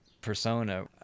persona